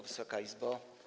Wysoka Izbo!